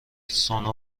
سونا